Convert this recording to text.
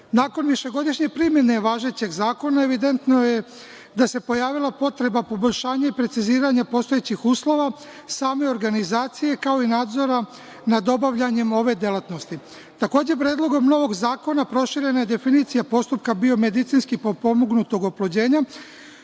višegodišnje primene važećeg zakona, evidentno je da se pojavila potreba poboljšanja i preciziranja postojećih uslova same organizacije, kao i nadzora nad obavljanjem ove delatnosti. Takođe, predlogom novog zakona proširena je definicija postupka biomedicinski potpomognutog oplođenja